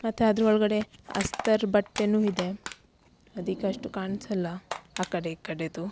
ಮತ್ತು ಅದ್ರ ಒಳಗಡೆ ಅಸ್ತರ್ ಬಟ್ಟೆನು ಇದೆ ಅದಕ್ಕೆ ಅಷ್ಟು ಕಾಣ್ಸೋಲ್ಲ ಆ ಕಡೆ ಈ ಕಡೆದು